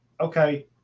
okay